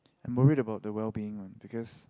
I'm worried about the well being lah because